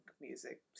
music